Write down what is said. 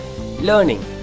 learning